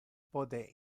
pote